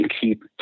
keep